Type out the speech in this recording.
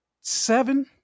Seven